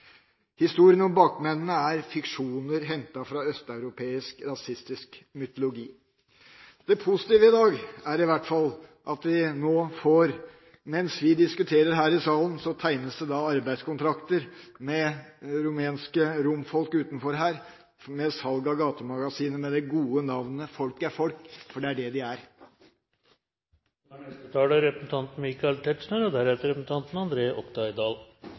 Historien om bakmennene er fiksjoner hentet fra østeuropeisk rasistisk mytologi. Det positive i dag er at mens vi diskuterer her i salen, tegnes det arbeidskontrakter med rumenske romfolk utenfor her om salg av gatemagasinet med det gode navnet «Folk er Folk» – for det er det de er. Til det foregående innlegg vil jeg bemerke at representanten